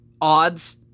Odds